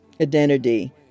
identity